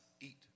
eat